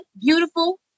beautiful